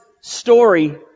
story